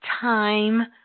Time